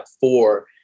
four